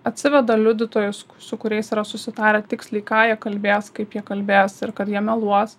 atsiveda liudytojus su kuriais yra susitarę tiksliai ką jie kalbės kaip jie kalbės ir kad jie meluos